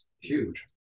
huge